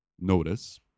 notice